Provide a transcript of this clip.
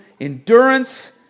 endurance